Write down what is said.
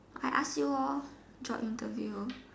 I ask you loh join interview